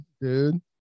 dude